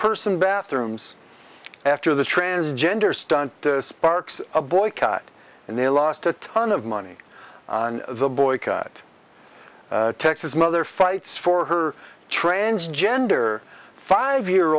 person bathrooms after the transgender stunt sparks a boycott and they lost a ton of money on the boycott a texas mother fights for her transgender five year